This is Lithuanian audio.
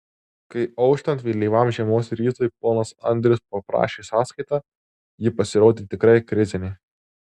kai auštant vėlyvam žiemos rytui ponas andrius paprašė sąskaitą ji pasirodė tikrai krizinė